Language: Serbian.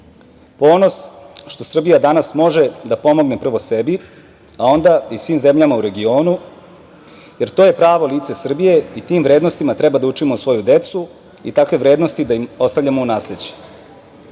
ponos što Srbija danas može da pomogne prvo sebi, a onda i svim zemljama u regionu, jer to je pravo lice Srbije i tim vrednostima treba da učimo svoju decu i takve vrednosti da im ostavljamo u